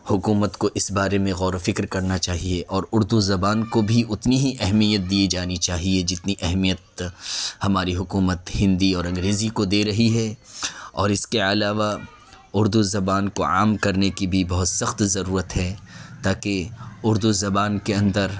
حکومت کو اس بارے میں غور و فکر کرنا چاہیے اور اردو زبان کو بھی اتنی ہی اہمیت دی جانی چاہیے جتنی اہمیت ہماری حکومت ہندی اور انگریزی کو دے رہی ہے اور اس کے علاوہ اردو زبان کو عام کرنے کی بھی بہت سخت ضرورت ہے تاکہ اردو زبان کے اندر